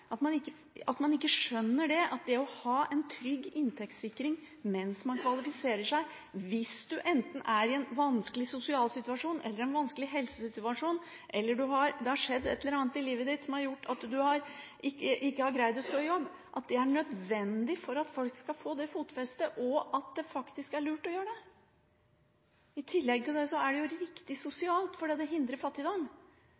Skjønner man ikke at det å ha en trygg inntektssikring mens man kvalifiserer seg for arbeidslivet – enten man er i en vanskelig sosial situasjon, en vanskelig helsesituasjon, eller det har skjedd et eller annet i livet som har gjort at man ikke har greid å stå i jobb – er nødvendig for at folk skal få et fotfeste? Skjønner man ikke at det faktisk er lurt å gjøre det? I tillegg er det jo sosialt riktig,